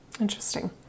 Interesting